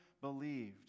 believed